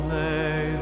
lay